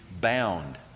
bound